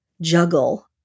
juggle